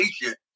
patient